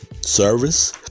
service